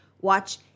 watch